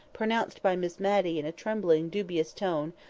pronounced by miss matty in a tremblingly dubious tone,